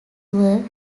were